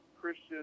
Christian